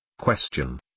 Question